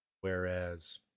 Whereas